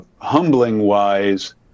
humbling-wise